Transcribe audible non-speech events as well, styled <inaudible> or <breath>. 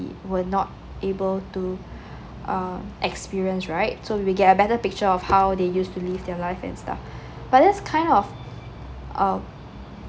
we would not able to <breath> um experience right so we will get a better picture of how they used to live their life and stuff <breath> but that's kind of um